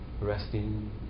resting